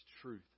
truth